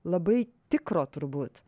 labai tikro turbūt